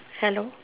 hello